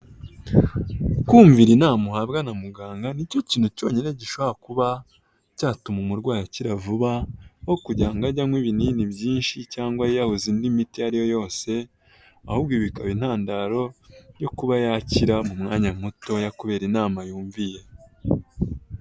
Kumvira inama uhabwa na muganga ni cyo kintu cyonyine gishobora kuba cyatuma umurwayi akira vuba, aho kugira ngo ajye anywa ibinini byinshi cyangwa yiyahuze indi miti ari yo yose, ahubwo bikaba intandaro yo kuba yakira mu mwanya mutoya kubera inama yumviye.